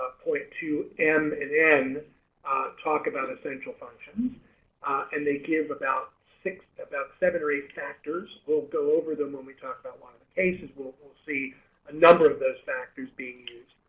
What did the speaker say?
ah point two m and n talk about essential functions and they give about six, about seven or eight factors we'll go over them when we talk about the like cases we'll we'll see a number of those factors being used